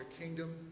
kingdom